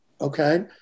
okay